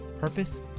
purpose